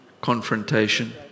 confrontation